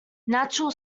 natural